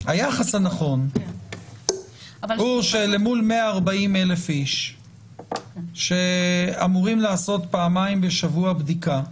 היחס הנכון הוא שלמול 140,000 איש שאמורים לעשות פעמיים בשבוע בדיקה,